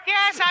Yes